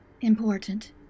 important